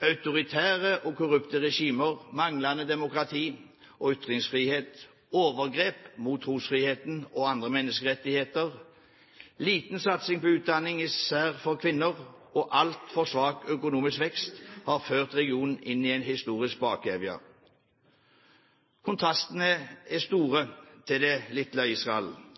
Autoritære og korrupte regimer, manglende demokrati og ytringsfrihet, overgrep mot trosfriheten og andre menneskerettigheter, liten satsing på utdanning, især for kvinner, og altfor svak økonomisk vekst har ført regionen inn i en historisk bakevje. Kontrasten er stor til lille Israel.